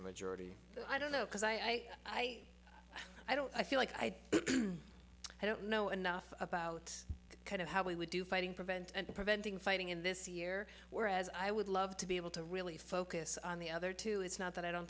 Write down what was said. majority but i don't know because i i i don't i feel like i don't know enough about the kind of how we would do fighting prevent and preventing fighting in this year whereas i would love to be able to really focus on the other two it's not that i don't